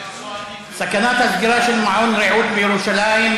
סכנת הסגירה של מעון "רעות" בירושלים,